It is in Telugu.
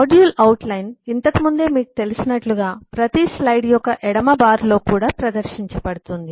మాడ్యూల్ అవుట్ లైన్ ఇంతకు ముందే మీకు తెలిసినట్లుగా ప్రతి స్లైడ్ యొక్క ఎడమ బార్లో కూడా ప్రదర్శించబడుతుంది